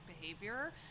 behavior